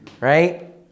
right